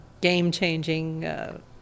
game-changing